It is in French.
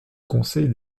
conseil